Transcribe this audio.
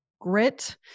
grit